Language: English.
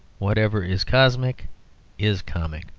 whatever is cosmic is comic.